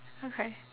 okay